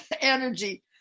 energy